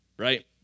right